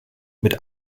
mit